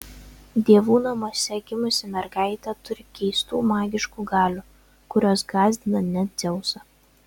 dievų namuose gimusi mergaitė turi keistų magiškų galių kurios gąsdina net dzeusą